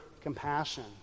compassion